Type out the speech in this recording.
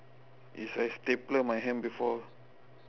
is I stapler my hand before